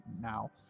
now